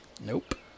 Nope